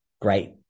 great